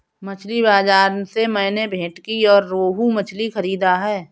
मछली बाजार से मैंने भेंटकी और रोहू मछली खरीदा है